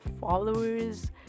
followers